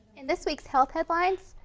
in this week's health headlines.